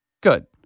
Good